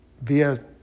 via